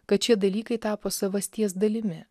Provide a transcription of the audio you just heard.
kad šie dalykai tapo savasties dalimi